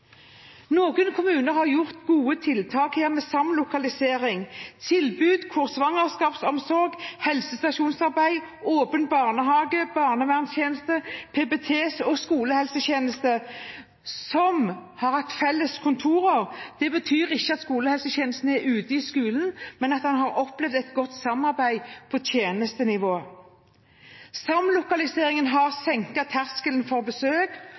Noen kommuner har gjort gode tiltak, bl.a. med samlokalisering – der svangerskapsomsorg, helsestasjonsarbeid, åpen barnehage, barnevernstjeneste, PPT og skolehelsetjeneste har hatt felles kontorer. Det betyr ikke at skolehelsetjenesten er ute i skolen, men at den har opplevd et godt samarbeid på tjenestenivå. Samlokaliseringen har senket terskelen for besøk